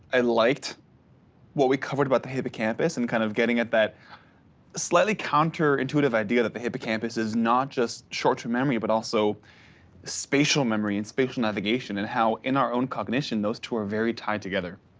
i liked what we covered about the hippocampus and kind of getting at that slightly counter intuitive idea that the hippocampus is not just short term memory, but also spatial memory and spatial navigation and how in our own cognition, those two are very tied together.